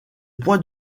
points